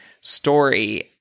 story